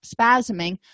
spasming